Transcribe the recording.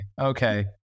okay